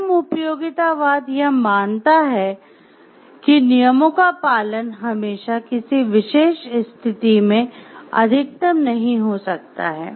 नियम उपयोगितावाद यह मानता है कि नियमों का पालन हमेशा किसी विशेष स्थिति में अधिकतम नहीं हो सकता है